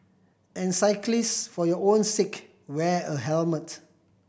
and cyclist for your own sake wear a helmet